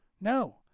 no